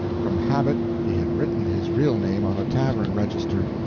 from habit he had written his real name on a tavern register,